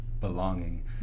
belonging